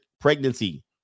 pregnancy